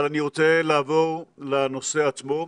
אבל אני רוצה לעבור לנושא עצמו.